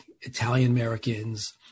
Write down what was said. Italian-Americans